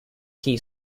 key